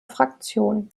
fraktion